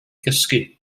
gysgu